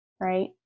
right